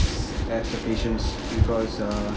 of pilots applications because err